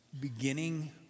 beginning